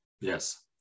yes